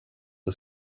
det